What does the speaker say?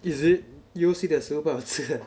is it U_O_C 的食物不好吃